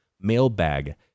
mailbag